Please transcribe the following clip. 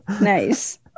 nice